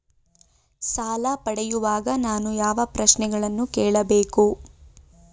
ಸಾಲ ಪಡೆಯುವಾಗ ನಾನು ಯಾವ ಪ್ರಶ್ನೆಗಳನ್ನು ಕೇಳಬೇಕು?